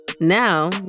Now